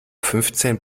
fünfzehn